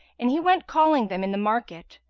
and he went calling them in the market,